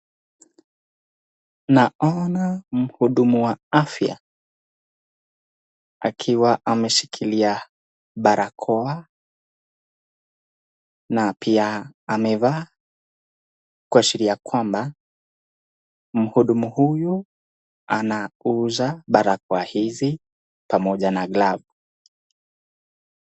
Naona mhudumu wa afya akiwa ameshikilia barakoa na pia amevaa kuashiria kwamba mhudumu huyu anauza barakoa hizi pamoja na glavu.